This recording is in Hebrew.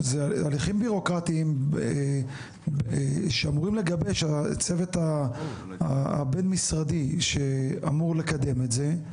זה הליכים בירוקרטיים שאמורים לגבש צוות הבין משרדי שאמור לקדם את זה.